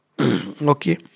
Okay